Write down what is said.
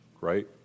right